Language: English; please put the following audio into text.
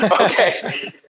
Okay